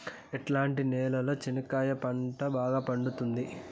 ఎట్లాంటి నేలలో చెనక్కాయ పంట బాగా పండుతుంది?